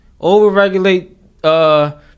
Overregulate